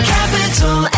Capital